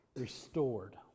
restored